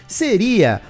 seria